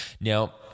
now